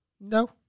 no